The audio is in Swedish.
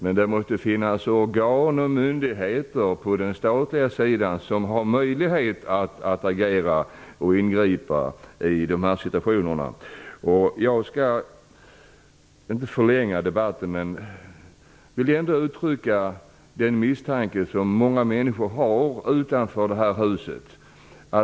Men det måste finnas organ och myndigheter på den statliga sidan som har möjlighet att agera och ingripa. Jag skall inte förlänga debatten, men jag vill ändå uttrycka den misstanke som många människor utanför det här huset har.